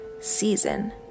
Season